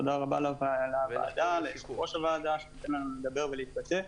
תודה רבה לוועדה וליושב-ראש הוועדה שנותן לנו לדבר ולהתבטא.